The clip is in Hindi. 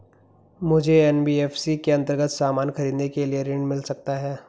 मुझे एन.बी.एफ.सी के अन्तर्गत सामान खरीदने के लिए ऋण मिल सकता है?